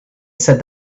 said